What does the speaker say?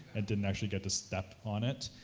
and didn't actually get to step on it,